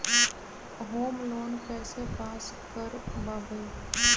Home loan कैसे pass कर बाबई?